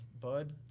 bud